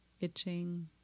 itching